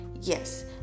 Yes